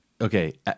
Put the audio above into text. okay